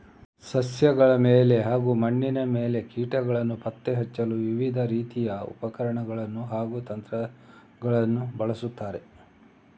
ಸಸ್ಯಗಳ ಮೇಲೆ ಹಾಗೂ ಮಣ್ಣಿನ ಮೇಲೆ ಕೀಟಗಳನ್ನು ಪತ್ತೆ ಹಚ್ಚಲು ವಿವಿಧ ರೀತಿಯ ಉಪಕರಣಗಳನ್ನು ಹಾಗೂ ತಂತ್ರಗಳನ್ನು ಬಳಸುತ್ತಾರೆ